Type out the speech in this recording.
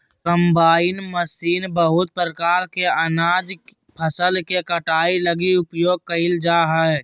combine machine बहुत प्रकार के अनाज फसल के कटाई लगी उपयोग कयल जा हइ